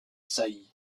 saillie